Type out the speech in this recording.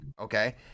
Okay